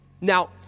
Now